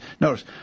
notice